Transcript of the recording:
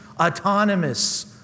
autonomous